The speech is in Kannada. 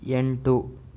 ಎಂಟು